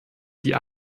die